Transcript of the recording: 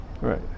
Right